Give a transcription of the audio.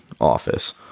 office